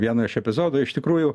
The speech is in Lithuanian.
vieno iš epizodų iš tikrųjų